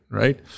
right